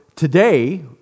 Today